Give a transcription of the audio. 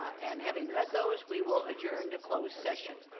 and having read those, we will adjourn to closed session.